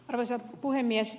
arvoisa puhemies